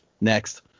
Next